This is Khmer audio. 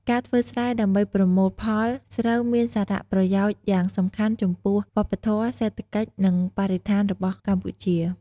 ការធ្វើស្រែ ដើម្បីប្រមូលផលស្រូវមានសារៈប្រយោជន៍យ៉ាងសំខាន់ចំពោះវប្បធម៌ សេដ្ឋកិច្ច និងបរិស្ថានរបស់កម្ពុជា។